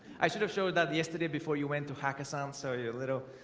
i should have showed that yesterday before you went to hakkasan. sorry a little.